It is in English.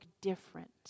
different